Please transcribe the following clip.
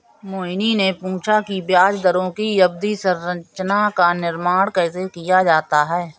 मोहिनी ने पूछा कि ब्याज दरों की अवधि संरचना का निर्माण कैसे किया जाता है?